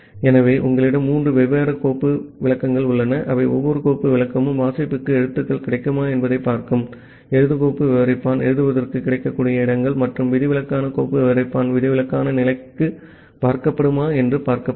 ஆகவே உங்களிடம் மூன்று வெவ்வேறு கோப்பு விளக்கங்கள் உள்ளன அவை ஒவ்வொரு கோப்பு விளக்கமும் வாசிப்புக்கு எழுத்துக்கள் கிடைக்குமா என்பதைப் பார்க்கும் எழுது கோப்பு விவரிப்பான் எழுதுவதற்கு கிடைக்கக்கூடிய இடங்கள் மற்றும் விதிவிலக்கான கோப்பு விவரிப்பான் விதிவிலக்கான நிலைக்கு பார்க்கப்படுமா என்று பார்க்கப்படும்